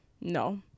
No